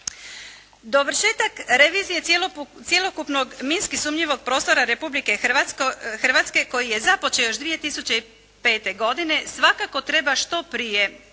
Dovršetak revizije cjelokupnog minski sumnjivog prostora Republike Hrvatske koji je započeo još 2005. godine svakako treba što prije